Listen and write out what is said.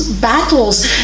battles